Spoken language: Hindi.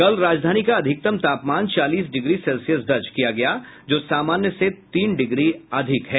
कल राजधानी का अधिकतम तापमान चालीस डिग्री सेल्सियस दर्ज किया गया जो सामान्य से तीन डिग्री अधिक है